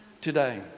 today